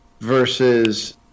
versus